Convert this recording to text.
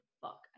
fuck